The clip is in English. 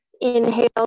inhale